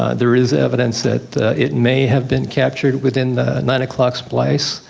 ah there is evidence that it may have been captured within the nine o'clock splice,